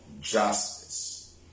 justice